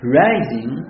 rising